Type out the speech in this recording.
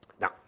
Now